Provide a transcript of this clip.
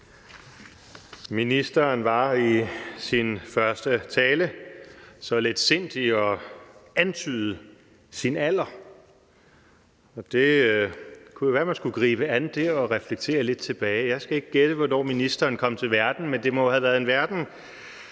Ministeren var i sin første tale så letsindig at antyde sin alder. Det kunne jo være, at man skulle gribe an der og reflektere over tiden, der er gået. Jeg skal ikke gætte på, hvornår ministeren kom til verden, men det må jo have været til en verden,